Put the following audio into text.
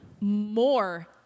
more